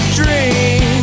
dream